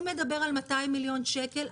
הוא מדבר על 200 מיליון שקל.